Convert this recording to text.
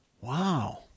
wow